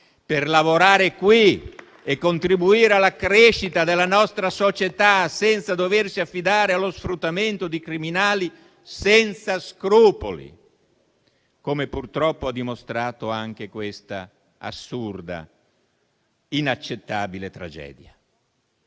per lavorare qui e contribuire alla crescita della nostra società senza doversi affidare allo sfruttamento di criminali senza scrupoli, come purtroppo ha dimostrato anche questa assurda e inaccettabile tragedia.